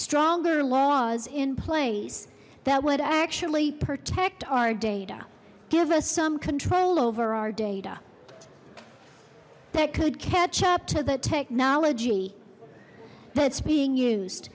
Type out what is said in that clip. stronger laws in place that would actually protect our data give us some control over our data that could catch up to the technology that's being used